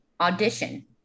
Audition